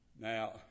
Now